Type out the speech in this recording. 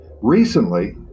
Recently